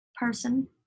person